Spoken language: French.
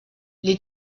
les